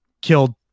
killed